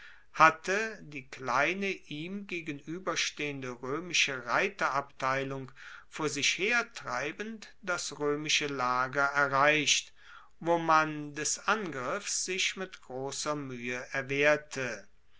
hatte die kleine ihm gegenueberstehende roemische reiterabteilung vor sich hertreibend das roemische lager erreicht wo man des angriffs sich mit grosser muehe erwehrte